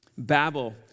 Babel